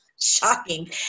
shocking